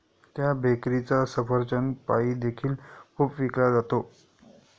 त्या बेकरीचा सफरचंद पाई देखील खूप विकला जातो